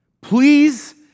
please